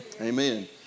Amen